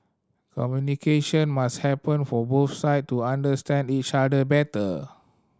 communication must happen for both side to understand each other better